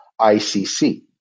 ICC